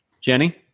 Jenny